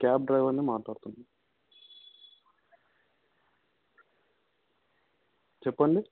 cab డ్రైవర్నే మాట్లాడుతున్నా చెప్పండి